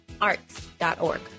arts.org